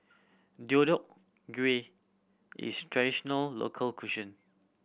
Deodeok Gui is traditional local